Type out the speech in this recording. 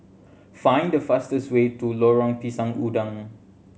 find the fastest way to Lorong Pisang Udang